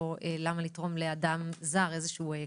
למה לתרום לאדם זר זה איזשהו סיפור,